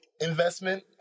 investment